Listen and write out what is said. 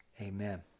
Amen